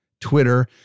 Twitter